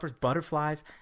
butterflies